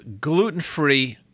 gluten-free